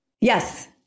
yes